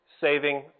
saving